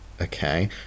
okay